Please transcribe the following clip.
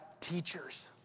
teachers